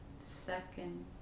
second